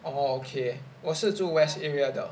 oh okay 我是住 west area 的